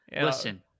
Listen